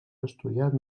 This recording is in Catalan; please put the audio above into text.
estudiat